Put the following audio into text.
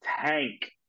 Tank